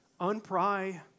Unpry